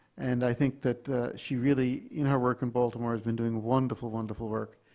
and i think that she really, in her work in baltimore, has been doing wonderful, wonderful work,